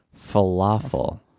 falafel